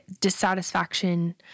dissatisfaction